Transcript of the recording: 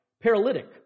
paralytic